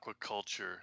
aquaculture